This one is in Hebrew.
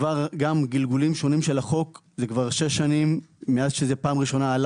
וגם גלגולים שונים של החוק זה כבר שש שנים מאז שזה פעם ראשונה,